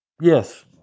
Yes